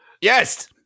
Yes